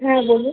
হ্যাঁ বলুন